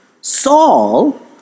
Saul